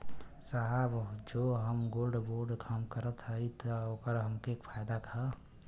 साहब जो हम गोल्ड बोंड हम करत हई त ओकर हमके का फायदा ह?